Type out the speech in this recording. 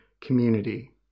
community